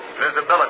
visibility